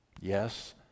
Yes